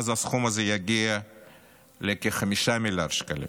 אז הסכום הזה יגיע ל-5 מיליארד שקלים.